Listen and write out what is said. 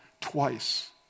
twice